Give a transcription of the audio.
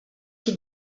die